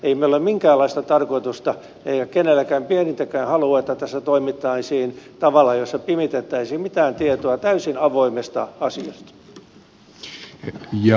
ei meillä ole minkäänlaista tarkoitusta eikä kenelläkään pienintäkään halua että tässä toimittaisiin tavalla jossa pimitettäisiin mitään tietoa täysin avoimesta asiasta